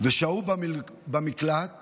ושהו במקלט